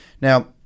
Now